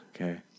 Okay